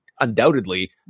undoubtedly